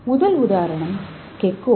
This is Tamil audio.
முதல்உதாரணம் கெக்கோ